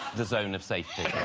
the zone of safety